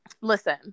Listen